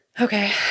Okay